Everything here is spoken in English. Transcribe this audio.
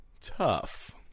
tough